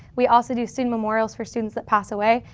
we also do student memorials for students that pass away.